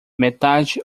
metade